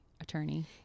attorney